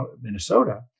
Minnesota